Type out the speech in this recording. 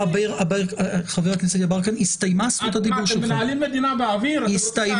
חבר הכנסת יברקן, הסתיימה זכות הדיבור שלך.